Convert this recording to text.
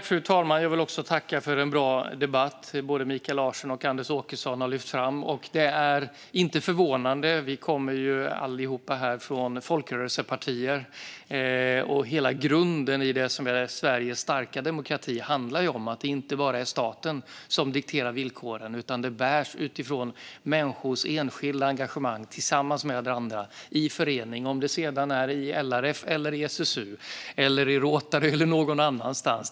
Fru talman! Också jag vill tacka för en bra debatt och det som både Mikael Larsson och Anders Åkesson har lyft fram. Det är inte förvånande. Vi kommer alla här från folkrörelsepartier. Hela grunden i det som är Sveriges starka demokrati handlar om att det inte bara är staten som dikterar villkoren, utan det bärs utifrån människors enskilda engagemang tillsammans med andra i förening. Det gäller om det sedan är i LRF, SSU, Rotary eller någon annanstans.